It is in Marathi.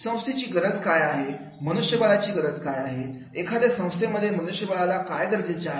संस्थेची गरज काय काय आहे मनुष्यबळाची गरज काय आहे एखाद्या संस्थेमध्ये मनुष्यबळाला काय गरजेचे आहे